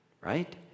right